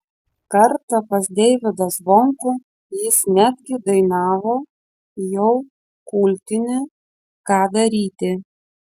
kartą pas deivydą zvonkų jis netgi dainavo jau kultinį ką daryti